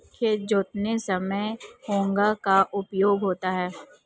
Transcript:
खेत जोतते समय हेंगा का उपयोग होता है